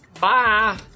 Bye